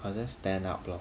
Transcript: ah that's stand up lor